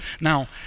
Now